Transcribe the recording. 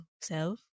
self